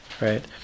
right